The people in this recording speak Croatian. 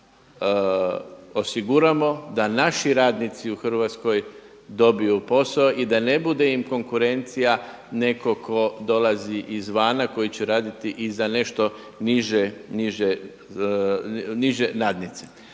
osiguramo, da naši radnici u Hrvatskoj dobiju posao i da ne bude im konkurencija netko tko dolazi izvana, koji će raditi i za nešto niže nadnice.